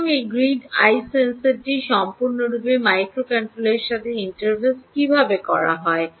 সুতরাং এই grid eye সেন্সরটি সম্পূর্ণরূপে মাইক্রোকন্ট্রোলারের সাথে ইন্টারফেস কীভাবে হয়